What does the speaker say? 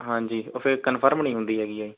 ਹਾਂਜੀ ਉਹ ਫਿਰ ਕਨਫਰਮ ਨਹੀਂ ਹੁੰਦੀ ਹੈਗੀ ਹੈ